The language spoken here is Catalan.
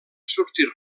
sortir